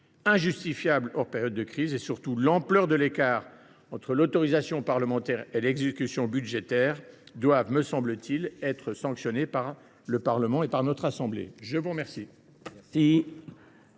injustifiable hors période de crise, et surtout l’ampleur de l’écart entre l’autorisation parlementaire et l’exécution budgétaire doivent, me semble t il, être sanctionnés par le Parlement. La parole est à M. Grégory Blanc.